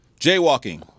jaywalking